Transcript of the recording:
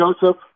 Joseph